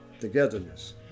togetherness